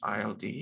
ILD